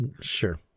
Sure